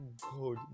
God